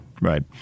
Right